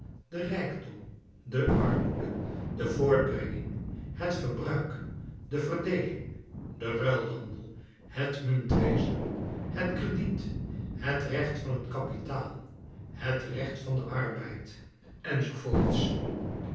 den rijkdom de armoede de voortbrenging het verbruik de verdeeling den ruilhandel het muntwezen het crediet het recht van t kapitaal het recht van den arbeid